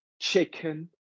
chicken